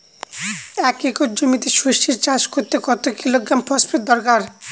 এক একর জমিতে সরষে চাষ করতে কত কিলোগ্রাম ফসফেট দরকার?